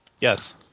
Yes